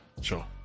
Sure